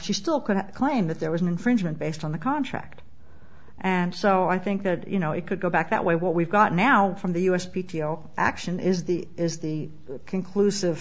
she still could claim that there was an infringement based on the contract and so i think that you know it could go back that way what we've got now from the u s p t o action is the is the conclusive